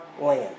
land